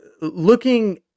looking